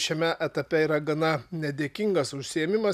šiame etape yra gana nedėkingas užsiėmimas